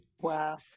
Wow